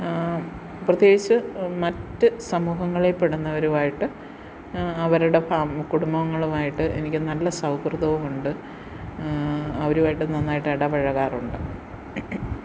പ്രത്യേകിച്ച് മറ്റു സമൂഹങ്ങളിൽപ്പെടുന്നവരുമായിട്ട് അവരുടെ ഫാമ് കുടുംബങ്ങളുമായിട്ട് എനിക്ക് നല്ല സൗഹൃദവുമുണ്ട് അവരുമായിട്ട് നന്നായിട്ട് ഇടപഴകാറുണ്ട്